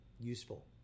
useful